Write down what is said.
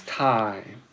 time